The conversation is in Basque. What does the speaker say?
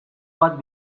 bat